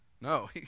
No